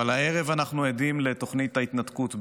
אבל הערב אנחנו עדים לתוכנית ההתנתקות ב',